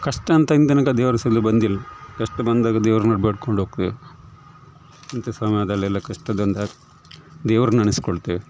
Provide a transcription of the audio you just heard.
ಕಷ್ಟ ಅಂತ ಇಂದನಕ ದೇವರು ಸಹ ಇನ್ನು ಬಂದಿಲ್ಲ ಕಷ್ಟ ಬಂದಾಗ ದೇವರನ್ನ ಬೇಡ್ಕೊಂಡು ಹೋಗ್ತೇವೆ ಅಂಥ ಸಮಯದಲ್ಲೆಲ್ಲ ಕಷ್ಟ ಬಂದಾಗ ದೇವರ ನೆನೆಸಿಕೊಳ್ತೇವೆ